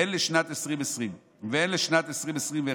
הן לשנת 2020 והן לשנת 2021,